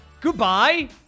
goodbye